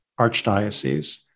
archdiocese